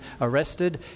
arrested